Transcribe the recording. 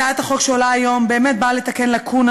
הצעת החוק שעולה היום באמת באה לתקן לקונה